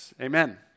Amen